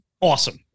awesome